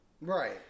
Right